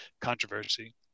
controversy